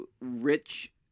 rich